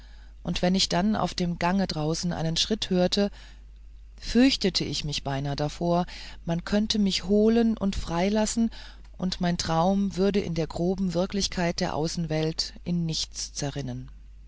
und wenn ich dann auf dem gange draußen einen schritt hörte fürchtete ich mich beinahe davor man könnte mich holen und freilassen und mein traum würde in der groben wirklichkeit der außenwelt in nichts zerrinnen